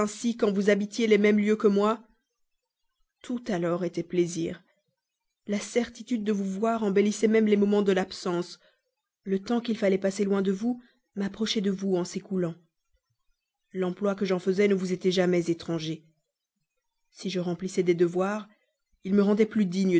quand vous habitiez les mêmes lieux que moi tout alors était plaisir la certitude de vous voir embellissait même les moments de l'absence le temps qu'il fallait passer loin de vous m'approchait de vous en s'écoulant l'emploi que j'en faisais ne vous était jamais étranger si je remplissais des devoirs ils me rendaient plus digne